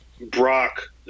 Brock